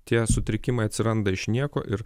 tie sutrikimai atsiranda iš nieko ir